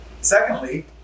Secondly